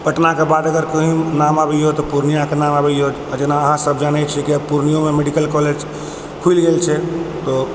पटनाके बाद अगर कहीँ नाम आबैए तऽ पूर्णियाके नाम आबैए जेना अहाँ सब जानै छिए किए पूर्णियोमे मेडिकल कॉलेज खुलि गेल छै